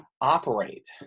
operate